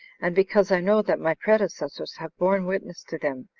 and because i know that my predecessors have borne witness to them,